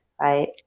right